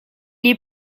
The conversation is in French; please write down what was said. est